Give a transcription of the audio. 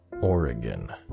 Oregon